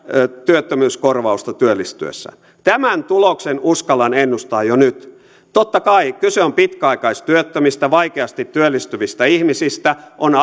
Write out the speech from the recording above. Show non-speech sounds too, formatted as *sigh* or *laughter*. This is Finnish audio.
työttömyyskorvausta työllistyessään tämän tuloksen uskallan ennustaa jo nyt totta kai kyse on pitkäaikaistyöttömistä vaikeasti työllistyvistä ihmisistä on *unintelligible*